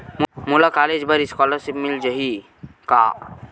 मोला कॉलेज बर स्कालर्शिप मिल जाही का?